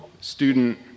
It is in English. student